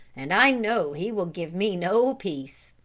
and i know he will give me no peace.